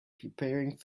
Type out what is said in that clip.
preparing